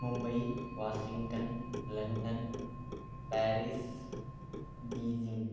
Mumbai Washington London Paris Beijing